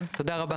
תודה רבה.